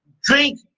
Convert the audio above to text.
drink